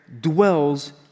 Dwells